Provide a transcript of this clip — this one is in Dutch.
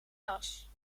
das